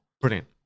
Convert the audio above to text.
Brilliant